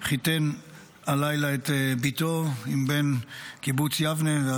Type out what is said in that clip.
הוא חיתן הלילה את בתו עם בן קיבוץ יבנה.